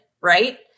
right